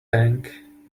tang